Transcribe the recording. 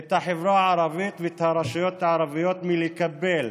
את החברה הערבית ואת הרשויות הערביות מלקבל